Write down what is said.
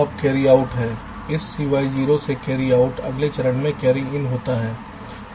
अब carry out है इस CY0 से कैरी आउट अगले चरण में कैरी इन होता है